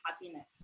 happiness